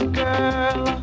girl